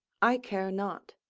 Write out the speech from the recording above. i care not.